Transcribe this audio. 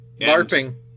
larping